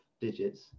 digits